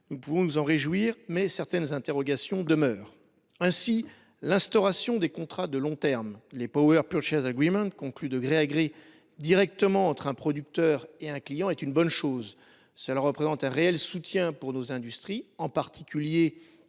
Nous pouvons nous en réjouir, mais certaines interrogations demeurent. Ainsi, l’instauration de contrats de long terme, les, conclus de gré à gré, directement entre un producteur et un client, est une bonne chose. Ils constitueront un réel soutien pour nos industries, en particulier les